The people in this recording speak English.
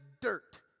dirt